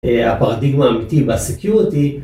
הפרדיגמה האמיתי בסקיורטי